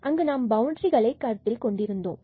அங்கு நாம் பவுண்டரிகளை கருத்தில் கொண்டிருந்தோம்